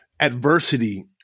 adversity